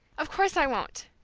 of course i won't!